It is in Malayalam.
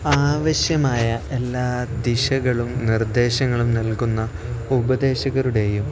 ആവശ്യമായ എല്ലാ ദിശകളും നിർദ്ദേശങ്ങളും നൽകുന്ന ഉപദേശകരുടെയും